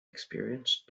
experienced